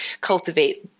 cultivate